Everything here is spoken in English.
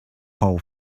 paul